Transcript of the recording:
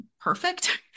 perfect